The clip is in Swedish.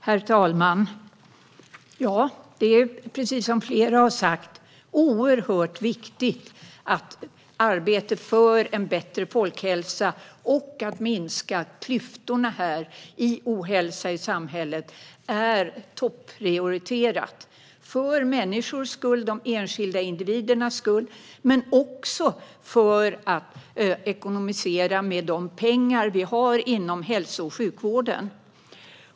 Herr talman! Precis som flera har sagt är det mycket viktigt att arbetet för en bättre folkhälsa och för minskade klyftor på detta område är topprioriterat, både för enskilda individers skull och för att ekonomisera med de pengar vi har inom hälso och sjukvården.